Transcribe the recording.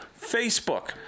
Facebook